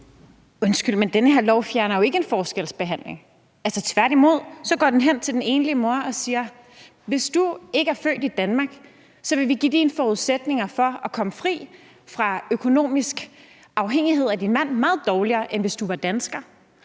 Undskyld, men det her lovforslag fjerner jo ikke en forskelsbehandling. Tværtimod gør det jo, at man siger til den enlige mor: Hvis du ikke er født i Danmark, vil vi gøre dine muligheder for at komme ud aføkonomisk afhængighed af din mand meget dårligere, end hvis du var dansker,